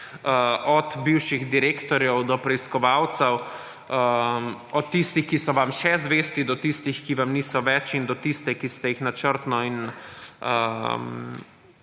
od bivših direktorjev do preiskovalcev, od tistih, ki so vam še zvesti, do tistih, ki vam niso več, in do tistih, ki ste jih načrtno in